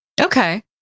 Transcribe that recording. Okay